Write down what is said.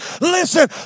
Listen